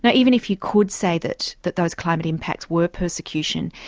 yeah even if you could say that that those climate impacts were persecution,